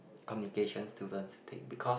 communication students to take because